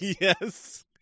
Yes